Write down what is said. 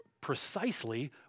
precisely